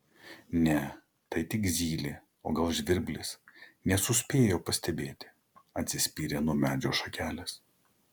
ne tai tik zylė o gal žvirblis nesuspėjo pastebėti atsispyrė nuo medžio šakelės